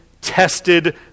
tested